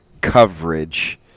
coverage